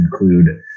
include